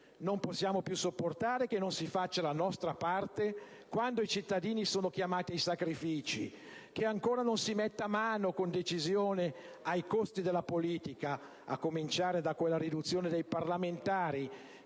Non possiamo più sopportare che non si faccia la nostra parte quando i cittadini sono chiamati ai sacrifici, che ancora non si metta mano con decisione ai costi della politica, a cominciare da quella riduzione dei parlamentari